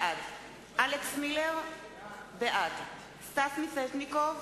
בעד אלכס מילר, בעד סטס מיסז'ניקוב,